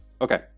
Okay